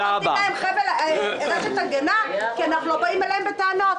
נותנים להם רשת הגנה כי אנחנו לא באים אליהם בטענות?